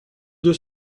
deux